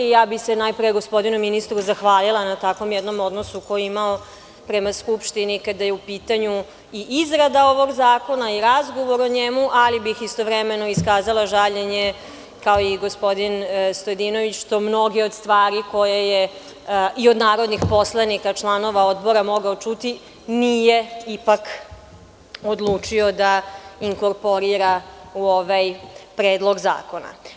Najpre bih se gospodinu ministru zahvalila na takvom jednom odnosu koji je imao prema Skupštini kada je u pitanju i izrada ovog zakona i razgovor o njemu, ali bih istovremeno iskazala žaljenje, kao i gospodin Stojadinović, što mnoge od stvari koje je i od narodnih poslanika, članova Odbora mogao čuti, nije ipak odlučio da inkorporira u ovaj predlog zakona.